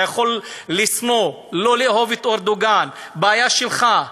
אתה יכול לשנוא, לא לאהוב את ארדואן, זו בעיה שלך,